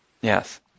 Yes